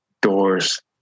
doors